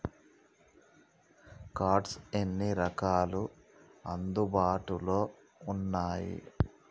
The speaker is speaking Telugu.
కార్డ్స్ ఎన్ని రకాలు అందుబాటులో ఉన్నయి?